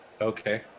Okay